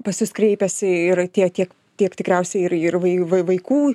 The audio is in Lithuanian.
pas jus kreipiasi ir tie tiek tiek tikriausiai ir ir vai vai vaikų